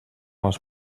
les